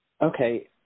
Okay